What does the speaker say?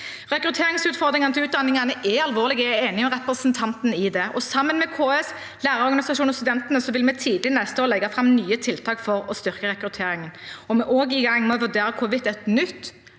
Rekrutteringsutfordringene til utdanningene er alvorlige, jeg er enig med representanten i det. Sammen med KS, lærerorganisasjonene og studentene vil vi tidlig neste år legge fram nye tiltak for å styrke rekrutteringen. Vi er også i gang med å vurdere hvordan et nytt